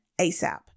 ASAP